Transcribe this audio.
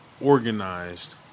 organized